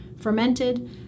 fermented